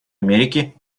америки